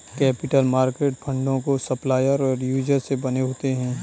capital market फंडों के supplier और यूजर से बने होते हैं